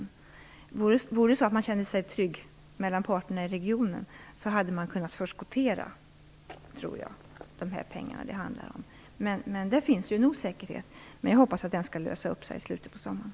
Om parterna i regionen i stället kände trygghet sinsemellan tror jag att man hade kunnat förskottera de pengar det handlar om. Nu finns det en osäkerhet, men jag hoppas att den skall lösa upp sig i slutet av sommaren.